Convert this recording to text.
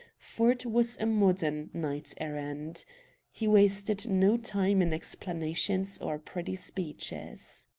ford was a modern knight-errant. he wasted no time in explanations or pretty speeches.